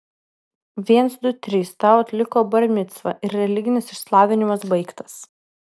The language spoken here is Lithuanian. viens du trys tau atliko bar micvą ir religinis išsilavinimas baigtas